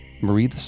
Marie